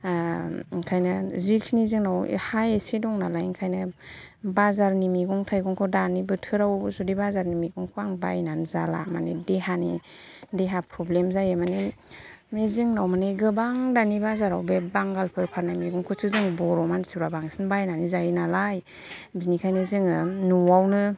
ओंखायनो जिखिनि जोंनाव हा एसे दं नालाय ओंखायनो बाजारनि मैगं थाइगंखौ दानि बोथोराव जुदि बाजारनि मैगंखौ आं बायनानै जाला माने देहानि देहा प्रब्लेम जायो माने जोंनाव माने गोबां दानि बाजाराव बे बांगालफोर फान्नाय मैगंखौसो जों बर' मानसिफ्रा बांसिन बायनानै जायो नालाय बिनिखायनो जोङो न'आवनो